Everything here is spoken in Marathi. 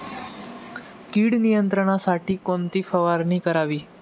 कीड नियंत्रणासाठी कोणती फवारणी करावी?